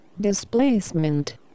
Displacement